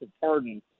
pardon